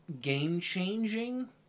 game-changing